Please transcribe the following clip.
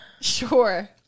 sure